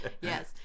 yes